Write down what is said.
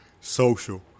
Social